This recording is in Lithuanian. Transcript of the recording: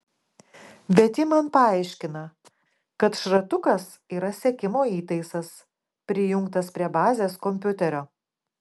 bet ji man paaiškina kad šratukas yra sekimo įtaisas prijungtas prie bazės kompiuterio